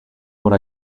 what